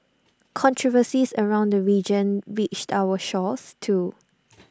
controversies around the religion reached our shores too